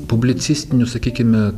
publicistinių sakykime